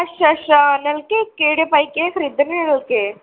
अच्छा अच्छा नलके केह्ड़े भाई केह् खरीदने न नलके